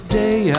day